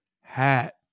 hat